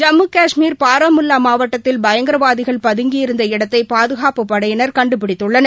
ஜம்முகாஷ்மீர் பாரமுல்லாமாவட்டத்தில் பயங்கரவாதிகள் பதுங்கியிருந்த இடத்தைபாதுகாப்பு படையினர் கண்டுபிடித்துள்ளனர்